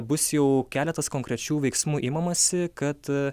bus jau keletas konkrečių veiksmų imamasi kad